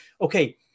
Okay